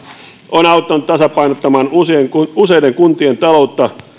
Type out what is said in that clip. on auttanut tasapainottamaan useiden kuntien taloutta